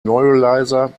neuralizer